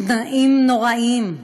"תנאים נוראיים,